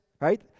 right